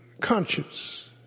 conscious